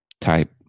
type